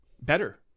better